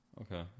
okay